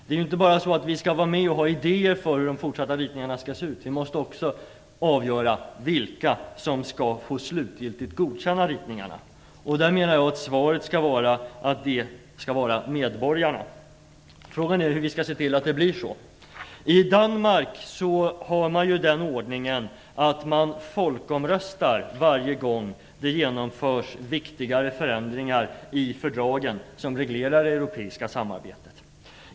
Vi skall inte bara vara med och ha idéer om hur ritningarna i fortsättningen skall se ut, utan vi måste också avgöra vilka som slutgiltigt skall få godkänna ritningarna. Jag anser att svaret skall vara att det är medborgarna som skall göra det. Frågan är hur vi skall se till att det blir så. I Danmark har man den ordningen att man folkomröstar varje gång det genomförs viktigare förändringar i de fördrag som reglerar det europeiska samarbetet.